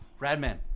Radman